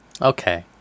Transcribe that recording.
Okay